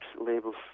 labels